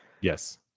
Yes